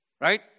right